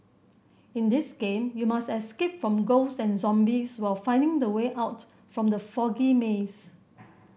in this game you must escape from ghost and zombies while finding the way out from the foggy maze